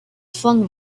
flung